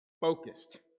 focused